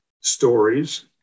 stories